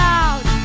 out